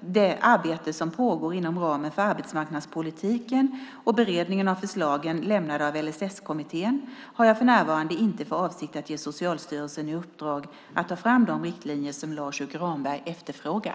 det arbete som pågår inom ramen för arbetsmarknadspolitiken och beredningen av förslagen lämnade av LSS-kommittén har jag för närvarande inte för avsikt att ge Socialstyrelsen i uppdrag att ta fram de riktlinjer som Lars U Granberg efterfrågar.